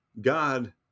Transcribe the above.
God